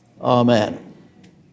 Amen